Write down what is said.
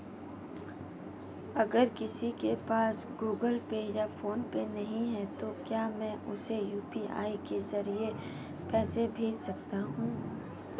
अगर किसी के पास गूगल पे या फोनपे नहीं है तो क्या मैं उसे यू.पी.आई के ज़रिए पैसे भेज सकता हूं?